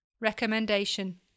Recommendation